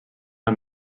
amb